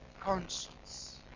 conscience